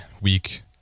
weak